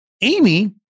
Amy